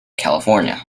california